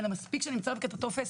מספיק שאני מצרפת את הטופס,